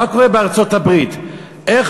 מה